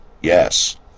Yes